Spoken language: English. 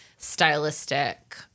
stylistic